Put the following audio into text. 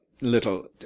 little